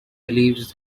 believes